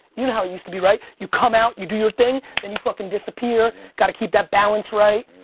you know how it used to be right? you come out, you do your thing then you fucking disappear, gotta keep that balance right?